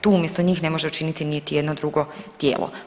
Tu umjesto njih ne može učiniti niti jedno drugo tijelo.